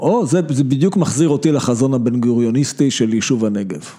‫או זה בדיוק מחזיר אותי ‫לחזון הבנגוריוניסטי של יישוב הנגב.